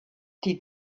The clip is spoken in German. die